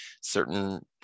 certain